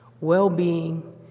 well-being